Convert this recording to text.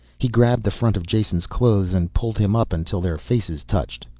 he grabbed the front of jason's clothes and pulled him up until their faces touched.